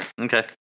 Okay